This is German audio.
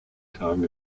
tagen